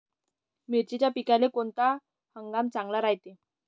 मिर्चीच्या पिकाले कोनता हंगाम चांगला रायते?